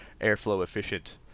airflow-efficient